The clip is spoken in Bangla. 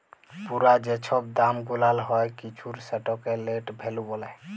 পুরা যে ছব দাম গুলাল হ্যয় কিছুর সেটকে লেট ভ্যালু ব্যলে